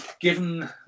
given